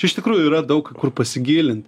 iš tikrųjų yra daug kur pasigilint